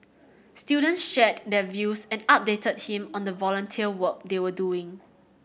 students shared their views and updated him on the volunteer work they were doing